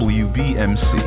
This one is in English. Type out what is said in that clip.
wbmc